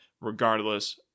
regardless